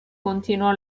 continuò